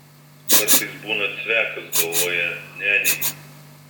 kartais būna cvekas galvoje neneigiu